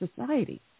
society